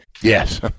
Yes